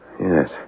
Yes